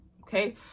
okay